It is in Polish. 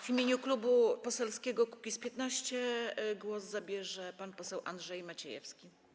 W imieniu Klubu Poselskiego Kukiz’15 głos zabierze pan poseł Andrzej Maciejewski.